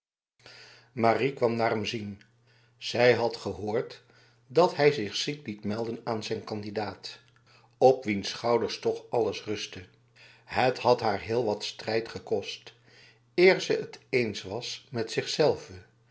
marie kwam naar hem zien zij had gehoord dat hij zich ziek liet melden aan zijn kandidaat op wiens schouders toch alles rustte het had haar heel wat strijd gekost eer ze het eens was met zichzelve